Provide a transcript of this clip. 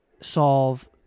solve